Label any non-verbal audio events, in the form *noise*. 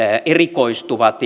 erikoistuvat *unintelligible*